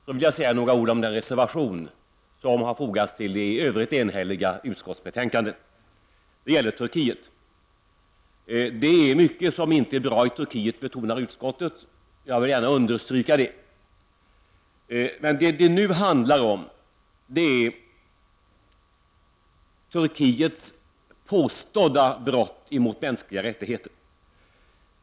Jag vill sedan säga några ord om den reservation som har fogats till det i övrigt enhälliga utskottsbetänkandet. Den gäller Turkiet. Utskottet betonar att det är mycket som inte bra i Turkiet. Jag vill gärna understryka det. Men vad det nu handlar om är Turkiets påstådda brott mot mänskliga rättigheter.